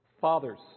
fathers